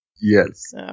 yes